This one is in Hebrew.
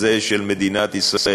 זה של מדינת ישראל,